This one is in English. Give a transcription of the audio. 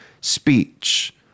speech